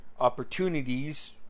opportunities